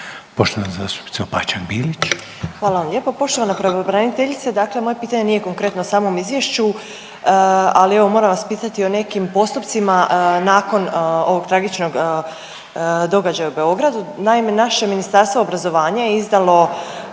Marina (Nezavisni)** Hvala vam lijepa. Poštovana pravobraniteljice dakle moje pitanje nije konkretno o samom izvješću, ali evo moram vas pitati o nekim postupcima nakon ovog tragičnog događaja u Beogradu. Naime naše Ministarstvo obrazovanja je izdalo